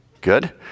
Good